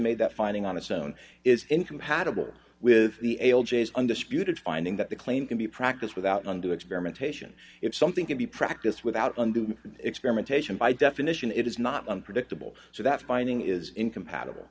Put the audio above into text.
that finding on its own is incompatible with the l j s undisputed finding that the claim can be practiced without undue experimentation if something can be practiced without undue experimentation by definition it is not unpredictable so that finding is incompatible